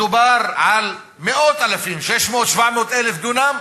מדובר על מאות אלפים, 600,000, 700,000 דונם,